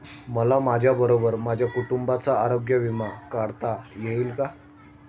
मला माझ्याबरोबर माझ्या कुटुंबाचा आरोग्य विमा काढता येईल का?